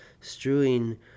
strewing